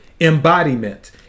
Embodiment